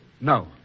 No